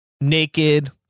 naked